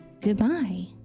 Goodbye